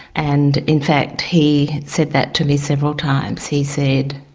and in fact he said that to me several times he said,